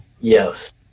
Yes